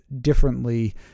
differently